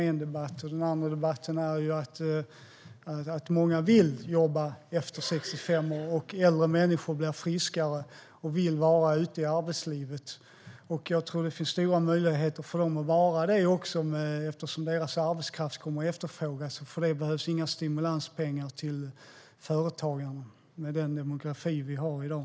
En annan kommer att handla om att många vill jobba efter 65 eftersom äldre människor blir friskare och vill vara ute i arbetslivet. Jag tror att det finns stora möjligheter för dem att vara det eftersom deras arbetskraft kommer att efterfrågas. För det behövs det inga stimulanspengar till företagen med tanke på den demografi vi har i dag.